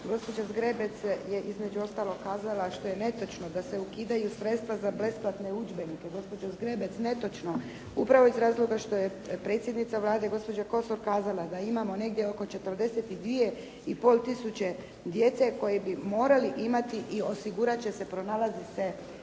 Gospođa Zgrebec je između ostaloga kazala što je netočno da se ukidaju sredstva za besplatne udžbenike. Gospođo Zgrebec, netočno, upravo iz razloga što je predsjednica Vlade gospođa Kosor kazala da imamo negdje oko 42,5 tisuće djece koji bi morali imati i osigurati će, pronalazi se